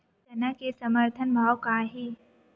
चना के समर्थन भाव का हे?